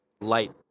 light